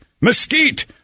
Mesquite